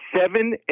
seven